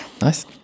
Nice